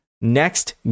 next